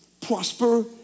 prosper